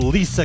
Lisa